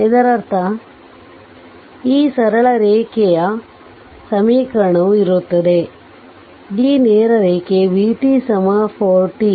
ಇದರರ್ಥ ಈ ಸರಳ ರೇಖೆಯ ಸಮೀಕರಣವು ಇರುತ್ತದೆ ಈ ನೇರ ರೇಖೆಗೆ v t 4 t